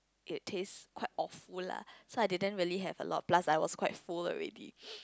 it taste quite awful lah so I didn't really have a lot plus I was quite full already